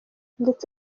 ndetse